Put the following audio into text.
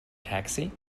taxi